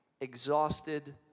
exhausted